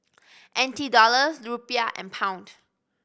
N T Dollars Rupiah and Pound